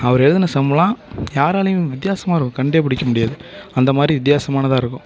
அவர் எழுதுன சம்முலாம் யாராலேயும் வித்தியாசமா இருக்கும் கண்டேப் பிடிக்கமுடியாது அந்த மாதிரி வித்தியாசமானதா இருக்கும்